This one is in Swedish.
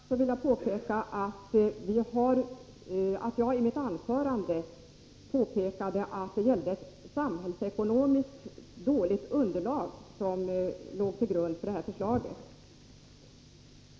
Herr talman! För det första vill jag påpeka att jag i mitt anförande framhöll att det var ett samhällsekonomiskt dåligt underlag som låg till grund för det här förslaget.